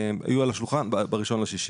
היו על השולחן ב-1.6.